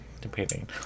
Depending